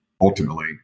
ultimately